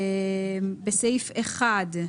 בסעיף 1,